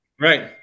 Right